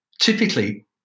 Typically